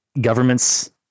governments